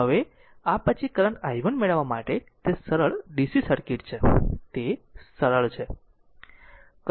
હવે આ પછી કરંટ i1 મેળવવા માટે તે સરળ DC સર્કિટ છે તે સરળ છે